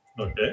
okay